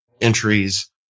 entries